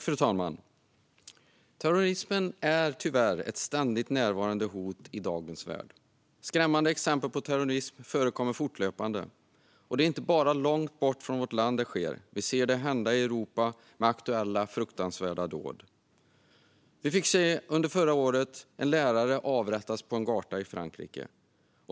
Fru talman! Terrorismen är tyvärr ett ständigt närvarande hot i dagens värld. Skrämmande exempel på terrorism förekommer fortlöpande. Det är inte bara långt bort från vårt land det sker; vi ser det hända även i Europa genom aktuella, fruktansvärda dåd. Vi fick under förra året se hur en lärare avrättades på en gata i Frankrike.